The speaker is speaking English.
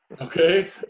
Okay